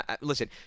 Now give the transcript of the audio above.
listen